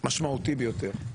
משמעותי ביותר,